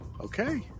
Okay